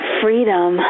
freedom